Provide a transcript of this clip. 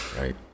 right